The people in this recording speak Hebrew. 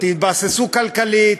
תתבססו כלכלית,